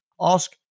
Ask